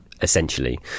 essentially